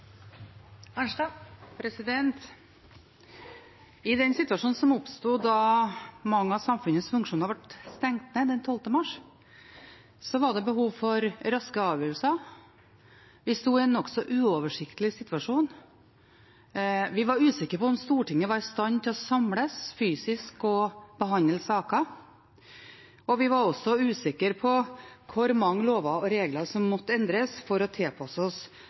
I den situasjonen som oppsto da mange av samfunnets funksjoner ble stengt ned den 12. mars, var det behov for raske avgjørelser. Vi sto i en nokså uoversiktlig situasjon: Vi var usikre på om Stortinget var i stand til å samles fysisk og behandle saker, og vi var usikre på hvor mange lover og regler som måtte endres for å tilpasse